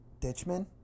Ditchman